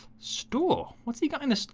store, what's he gonna, and